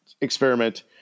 experiment